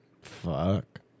Fuck